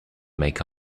make